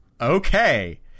Okay